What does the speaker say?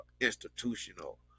institutional